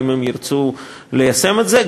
אם הן ירצו ליישם את זה,